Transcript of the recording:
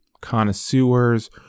connoisseurs